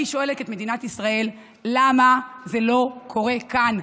אני שואלת את מדינת ישראל: למה זה לא קורה כאן?